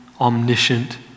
omniscient